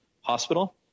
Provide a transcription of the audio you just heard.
hospital